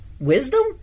wisdom